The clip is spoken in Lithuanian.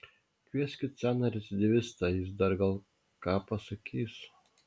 kvieskit seną recidyvistą jis dar gal ką pasakys